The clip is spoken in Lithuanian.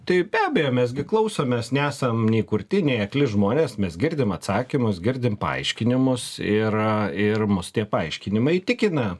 tai be abejo mes gi klausomės nesam nei kurti nei akli žmonės mes girdim atsakymus girdim paaiškinimus ir ir mus tie paaiškinimai įtikina